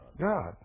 God